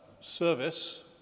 Service